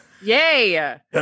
Yay